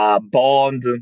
bond